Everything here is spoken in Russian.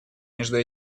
между